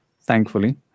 thankfully